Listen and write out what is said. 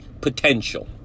potential